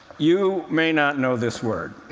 you may not know this word,